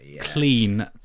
Clean